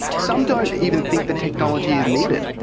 some don't even think the technology is needed.